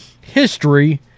history